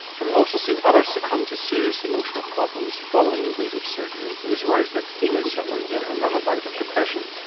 having also seen others succumb to serious emotional problems following invasive surgery, he was worried that he may suffer yet another bout of depression.